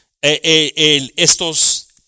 estos